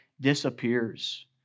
disappears